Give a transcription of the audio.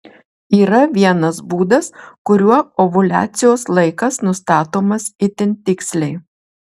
yra vienas būdas kuriuo ovuliacijos laikas nustatomas itin tiksliai